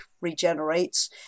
regenerates